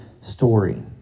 story